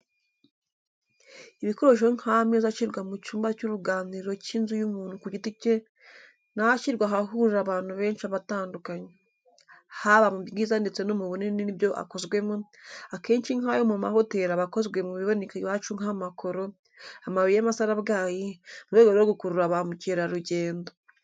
Ibikoresho nk'ameza ashyirwa mu cyumba cy'uruganiriro cy'inzu y'umuntu ku giti cye n'ashyirwa ahahurira abantu benshi aba atandukanye, haba mu bwiza ndetse no mu bunini n'ibyo akozwemo, akenshi nk'ayo mu mahoteli aba akozwe mu biboneka iwacu nk'amakoro, amabuye y'amasarabwayi, mu rwego rwo gukurura ba mukerarugendo.